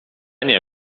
nie